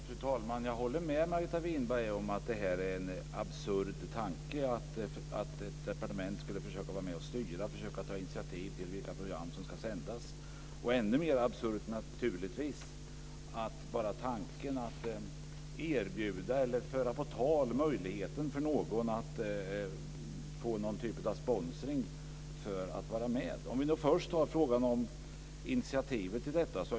Fru talman! Jag håller med Margareta Winberg om att det är en absurd tanke att ett departement skulle försöka vara med och styra och ta initiativ till vilka program som ska sändas. Ännu mer absurd är naturligtvis blotta tanken att erbjuda eller föra på tal möjligheten för någon att få någon typ av sponsring för att vara med. Låt mig först ta frågan om initiativet till detta.